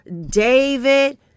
David